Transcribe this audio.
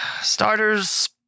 Starters